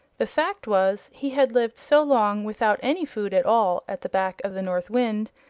the fact was he had lived so long without any food at all at the back of the north wind,